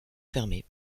fermé